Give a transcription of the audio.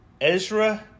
Ezra